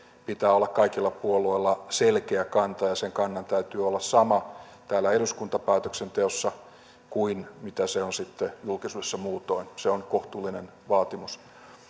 pitää olla kaikilla puolueilla selkeä kanta ja sen kannan täytyy olla sama täällä eduskunnan päätöksenteossa kuin se on julkisuudessa muutoin se on kohtuullinen vaatimus